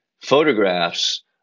photographs